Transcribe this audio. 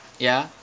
ya